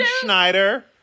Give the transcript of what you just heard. Schneider